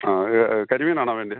ആ കരിമീനാണോ വേണ്ടത്